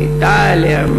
מאיטליה,